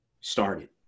started